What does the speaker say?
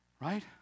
Right